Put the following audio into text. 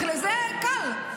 זה קל.